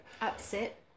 upset